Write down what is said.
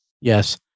Yes